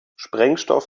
sprengstoff